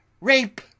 rape